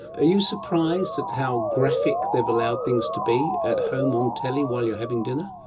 ah you surprised at how graphic they have allowed things to be at home on telly while you're having dinner?